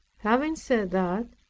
having said that,